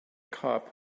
cop